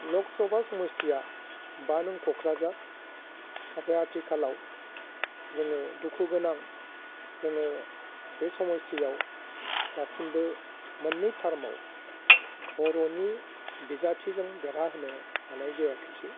लक सभा समस्थिया बा नं क'क्राझार नाथाय आथिखालाव जोङो दुखु गोनां जोङो बे समस्थियाव दासिमबो मोननै टार्मआव बर'नि बिजाथिजों देरहाहोनो हानाय जायाखैसै